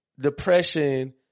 depression